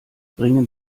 bringen